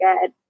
good